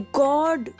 god